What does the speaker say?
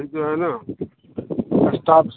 फिर तो है ना